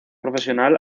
profesional